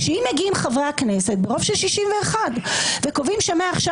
שאם מגיעים חברי הכנסת ברוב של 61 וקובעים שמעכשיו